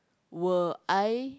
were I